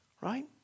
right